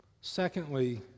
Secondly